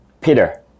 Peter